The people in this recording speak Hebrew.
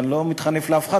ואני לא מתחנף לאף אחד,